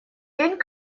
день